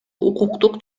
укуктук